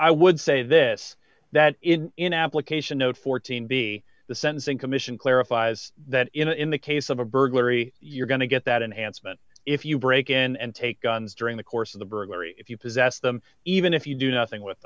i would say this that in application note fourteen be the sentencing commission clarifies that in the case of a burglary you're going to get that an answer but if you break in and take guns during the course of the burglary if you possess them even if you do nothing with